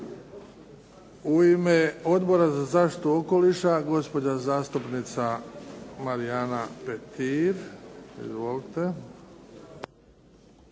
U ime Odbora za zaštitu okoliša, gospođa zastupnica Marijana Petir. Izvolite.